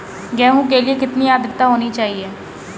गेहूँ के लिए कितनी आद्रता होनी चाहिए?